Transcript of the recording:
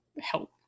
help